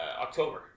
October